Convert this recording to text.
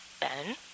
Ben